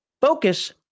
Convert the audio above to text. Focus